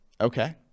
okay